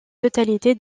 totalité